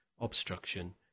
obstruction